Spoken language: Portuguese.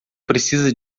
precisa